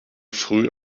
früh